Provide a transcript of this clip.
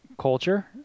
culture